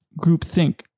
groupthink